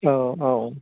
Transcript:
औ औ